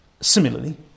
Similarly